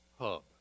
hub